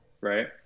right